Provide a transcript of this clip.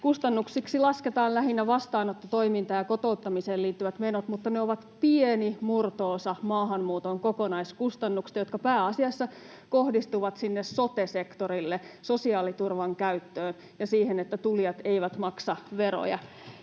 kustannuksiksi lasketaan lähinnä vastaanottotoiminta ja kotouttamiseen liittyvät menot, mutta ne ovat pieni murto-osa maahanmuuton kokonaiskustannuksista, jotka pääasiassa kohdistuvat sote-sektorille, sosiaaliturvan käyttöön ja siihen, että tulijat eivät maksa veroja.